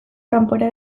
kanpora